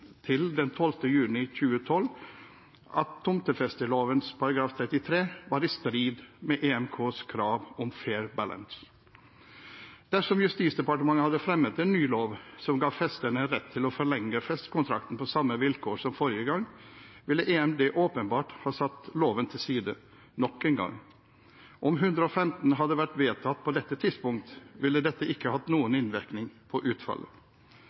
juni 2012 til at tomtefesteloven § 33 var i strid med EMDs krav om «fair balance». Dersom Justisdepartementet hadde fremmet en ny lov som ga festerne rett til å forlenge festekontrakten på samme vilkår som forrige gang, ville EMD åpenbart ha satt loven til side nok en gang. Om § 115 hadde vært vedtatt på dette tidspunkt, ville dette ikke hatt noen innvirkning på utfallet.